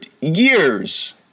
years